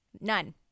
None